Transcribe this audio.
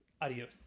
adios